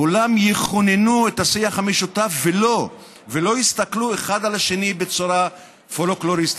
כולם יכוננו את השיח המשותף ולא יסתכלו אחד על השני בצורה פולקלוריסטית.